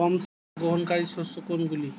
কম সার গ্রহণকারী শস্য কোনগুলি?